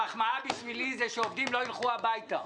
המחמאה בשבילי היא שעובדים לא ילכו הביתה.